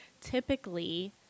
typically